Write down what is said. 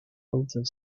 outer